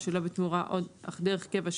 או שלא בתמורה אך דרך קבע,